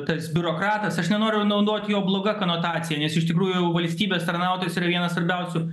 tas biurokratas aš nenoriu naudot jo bloga konotacija nes iš tikrųjų valstybės tarnautojas yra vienas svarbiausių